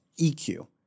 EQ